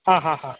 ಹಾಂ ಹಾಂ ಹಾಂ